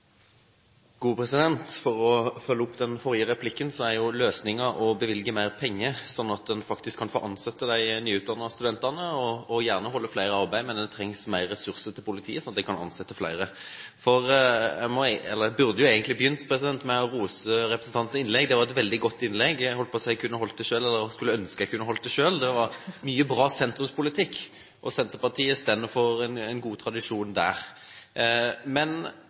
jo å bevilge mer penger, slik at en faktisk kan få ansatt de nyutdannede studentene. En må gjerne holde flere i arbeid, men det trengs mer ressurser til politiet, slik at en kan ansette flere. Jeg burde egentlig begynt med å rose representantens innlegg. Det var et veldig godt innlegg, jeg holdt på å si, jeg kunne holdt det selv, eller skulle ønske jeg holdt det selv. Det var mye bra sentrumspolitikk, og Senterpartiet står for en god tradisjon der. Men